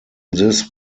this